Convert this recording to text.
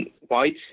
white